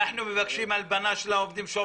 אנחנו מבקשים הלבנה של העובדים שעובדים.